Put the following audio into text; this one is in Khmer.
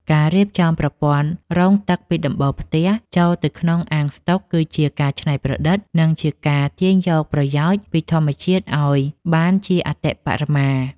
ការរៀបចំប្រព័ន្ធរងទឹកពីដំបូលផ្ទះចូលទៅក្នុងអាងស្តុក គឺជាការច្នៃប្រឌិត និងជាការទាញយកប្រយោជន៍ពីធម្មជាតិឱ្យបានជាអតិបរមា។